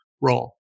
role